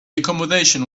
accommodation